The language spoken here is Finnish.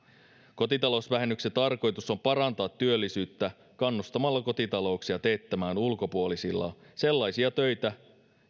kotitalousvähennyksen tarkoitus on parantaa työllisyyttä kannustamalla kotitalouksia teettämään ulkopuolisilla sellaisia töitä